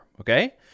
okay